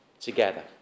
together